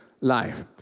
Life